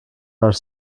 are